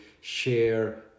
share